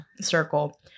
circle